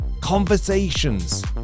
conversations